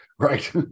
Right